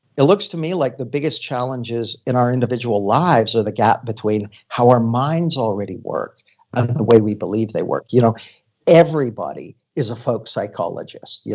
it looks to me like the biggest challenges in our individual lives are the gap between how our minds already work and the way we believe they work you know everybody is a folk psychologist. yeah